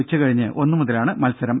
ഉച്ചകഴിഞ്ഞ് ഒന്നുമുതലാണ് മത്സരം